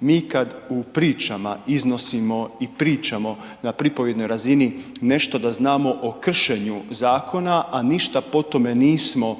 Mi kad u pričama iznosimo i pričamo na pripovjednoj razini nešto da znamo o kršenju zakona a ništa po tome nismo